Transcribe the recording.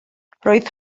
roedd